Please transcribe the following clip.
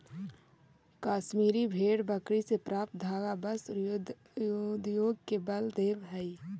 कश्मीरी भेड़ बकरी से प्राप्त धागा वस्त्र उद्योग के बल देवऽ हइ